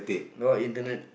no internet